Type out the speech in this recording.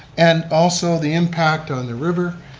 and also the impact on the river.